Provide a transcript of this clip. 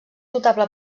notable